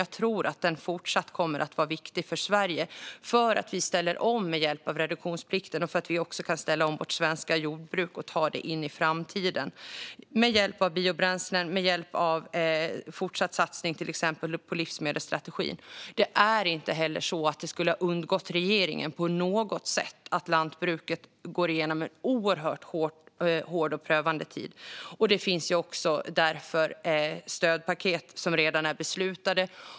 Jag tror att reduktionsplikten fortsatt kommer att vara viktig för Sverige för att vi ställer om med hjälp av den och för att vi också kan ställa om vårt svenska jordbruk och ta det in i framtiden med hjälp av biobränslen och fortsatta satsningar på livsmedelsstrategin. Det är inte heller så att det på något sätt skulle ha undgått regeringen att lantbruket går igenom en oerhört hård och prövande tid. Det finns därför också stödpaket som redan är beslutade.